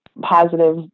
positive